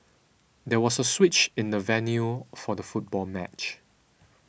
there was a switch in the venue for the football match